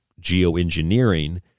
geoengineering